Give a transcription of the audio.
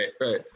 right